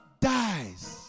dies